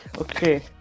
Okay